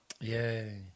Yay